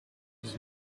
his